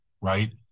right